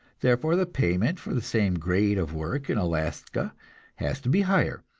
therefore the payment for the same grade of work in alaska has to be higher.